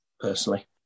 personally